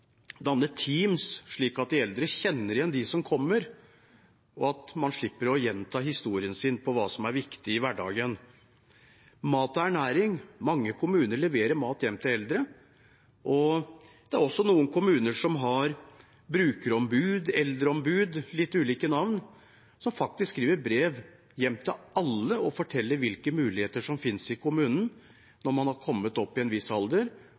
gjenta historien sin om hva som er viktig i hverdagen. Når det gjelder mat og ernæring, er det mange kommuner som leverer mat hjem til eldre, og det er også noen kommuner som har brukerombud, eldreombud, litt ulike navn, som skriver brev hjem til alle og forteller hvilke muligheter som finnes i kommunen når man har kommet opp i en viss alder,